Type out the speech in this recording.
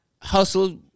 hustle